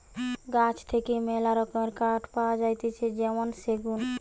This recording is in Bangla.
গাছ থেকে মেলা রকমের কাঠ পাওয়া যাতিছে যেমন সেগুন